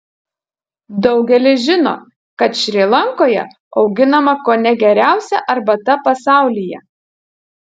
daugelis žino kad šri lankoje auginama kone geriausia arbata pasaulyje